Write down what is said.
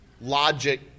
logic